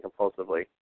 compulsively